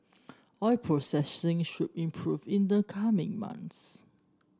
oil processing should improve in the coming months